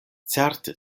certe